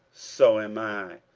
so am i.